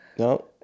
No